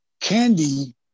Candy